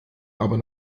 aber